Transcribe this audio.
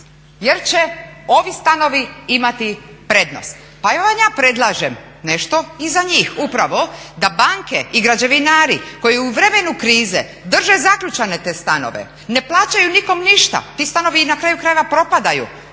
jer će ovi stanovi imati prednost? Pa evo vam ja predlažem nešto i za njih upravo da banke i građevinari koji u vremenu krize drže zaključane te stanove na plaćaju nikom ništa, ti stanovi na kraju krajeva propadaju,